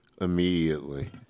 immediately